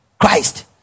Christ